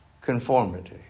conformity